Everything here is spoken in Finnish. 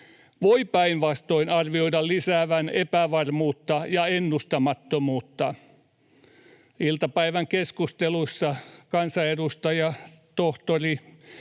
voi päinvastoin arvioida lisäävän epävarmuutta ja ennustamattomuutta. Iltapäivän keskusteluissa kansanedustaja, tohtori